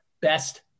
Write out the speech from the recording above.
Best